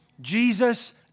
Jesus